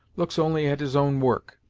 looks only at his own work.